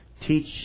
teach